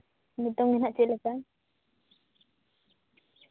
ᱱᱤᱛᱚᱝ ᱜᱮ ᱦᱟᱸᱜ ᱪᱮᱫ ᱞᱮᱠᱟ